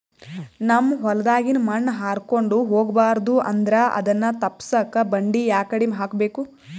ನಮ್ ಹೊಲದಾಗಿನ ಮಣ್ ಹಾರ್ಕೊಂಡು ಹೋಗಬಾರದು ಅಂದ್ರ ಅದನ್ನ ತಪ್ಪುಸಕ್ಕ ಬಂಡಿ ಯಾಕಡಿ ಹಾಕಬೇಕು?